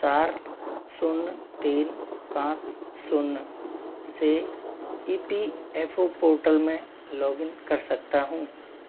चार शून्य तीन पाँच शून्य से E P F O portal में लॉगिन कर सकता हूँ